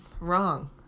wrong